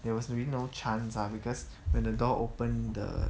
there was really no chance lah because when the door open the